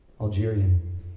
Algerian